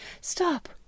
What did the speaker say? stop